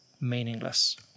meaningless